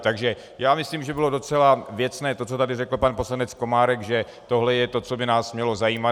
Takže myslím, že bylo docela věcné to, co tady řekl pan poslanec Komárek, že tohle je to, co by nás mělo zajímat.